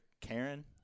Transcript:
Karen